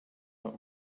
but